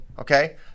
Okay